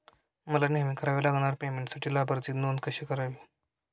मला नेहमी कराव्या लागणाऱ्या पेमेंटसाठी लाभार्थी नोंद कशी करावी?